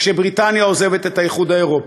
כשבריטניה עוזבת את האיחוד האירופי,